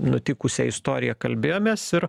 nutikusią istoriją kalbėjomės ir